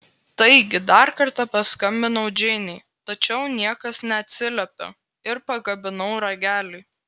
taigi dar kartą paskambinau džeinei tačiau niekas neatsiliepė ir pakabinau ragelį